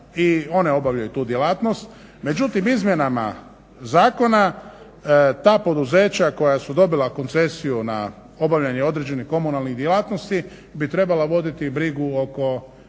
i one obavljaju tu djelatnost. Međutim, izmjenama zakona ta poduzeća koja su dobila koncesiju na obavljanje određenih komunalnih djelatnosti bi trebala voditi brigu oko